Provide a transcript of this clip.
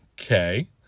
Okay